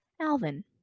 alvin